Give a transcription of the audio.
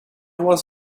was